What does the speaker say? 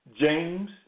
James